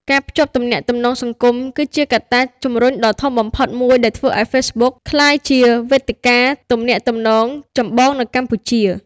ការភ្ជាប់ទំនាក់ទំនងសង្គម គឺជាកត្តាជំរុញដ៏ធំបំផុតមួយដែលធ្វើឱ្យ Facebook ក្លាយជាវេទិកាទំនាក់ទំនងចម្បងនៅកម្ពុជា។